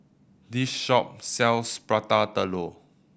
this shop sells Prata Telur